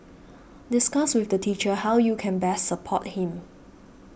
discuss with the teacher how you can best support him